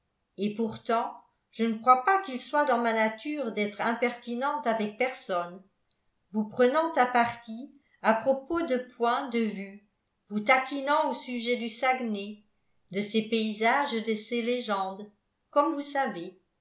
journée et pourtant je ne crois pas qu'il soit dans ma nature d'être impertinente avec personne vous prenant à partie à propos de points de vue vous taquinant au sujet du saguenay de ses paysages et de ses légendes comme vous savez